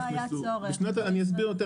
אסביר.